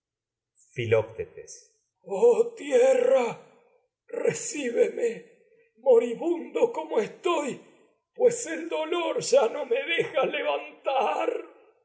oh tierra recíbeme moribundo como estoy pues el dolor ya no me deja levantar